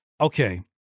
okay